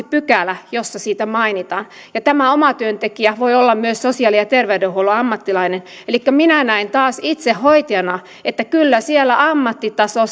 pykälä jossa siitä mainitaan ja tämä omatyöntekijä voi olla myös sosiaali ja terveydenhuollon ammattilainen minä näen taas itse hoitajana että kyllä siellä ammattitaso